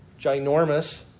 ginormous